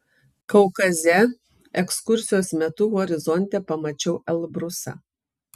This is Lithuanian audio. kaukaze ekskursijos metu horizonte pamačiau elbrusą